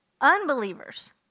Unbelievers